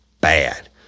bad